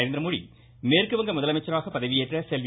நரேந்திர மோடி மேற்கு வங்க முதலமைச்சராக பதவியேற்ற செல்வி